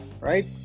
right